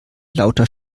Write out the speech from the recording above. lauter